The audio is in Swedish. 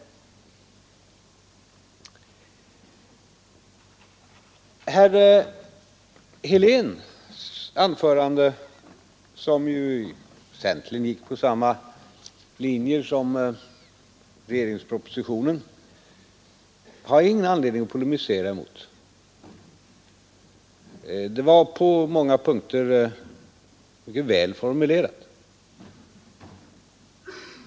Herr Heléns anförande, som väsentligen följde samma linje som regeringspropositionen, har jag ingen anledning att polemisera mot. Det var på många punkter mycket väl formulerat.